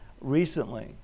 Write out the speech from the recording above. recently